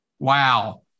Wow